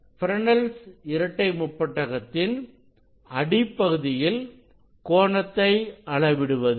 fresnel's இரட்டை முப்பட்டகத்தின் அடிப்பகுதியில் கோணத்தை அளவிடுவது